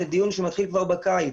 זה דיון שמתחיל כבר בקיץ,